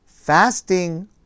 Fasting